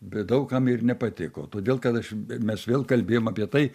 bet daug kam ir nepatiko todėl kad aš mes vėl kalbėjom apie tai